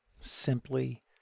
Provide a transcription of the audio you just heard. Simply